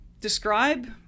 describe